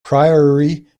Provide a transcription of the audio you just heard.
priory